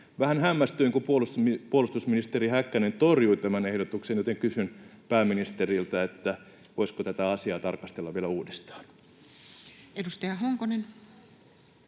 Vähän hämmästyin, kun puolustusministeri Häkkänen torjui tämän ehdotuksen, joten kysyn pääministeriltä, voisiko tätä asiaa tarkastella vielä uudestaan. [Speech